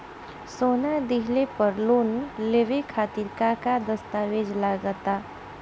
सोना दिहले पर लोन लेवे खातिर का का दस्तावेज लागा ता?